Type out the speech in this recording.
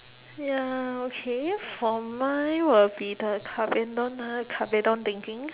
ya okay for mine will be the kabedon ah kabedon thinking